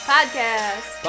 Podcast